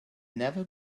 never